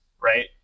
Right